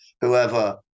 whoever